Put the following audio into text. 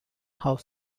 house